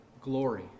glory